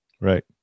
Right